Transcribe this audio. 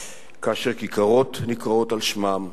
וכאשר כיכרות נקראות על שמם,